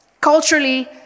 Culturally